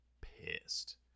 pissed